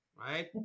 right